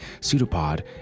Pseudopod